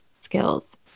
skills